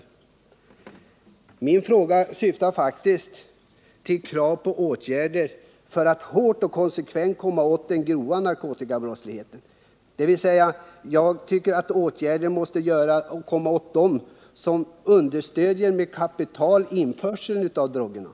I min fråga efterlyser jag åtgärder för att hårt och konsekvent bekämpa den grova narkotikabrottsligheten. Jag anser med andra ord att åtgärder måste vidtas för att komma åt dem som med kapital understödjer införseln av drogerna.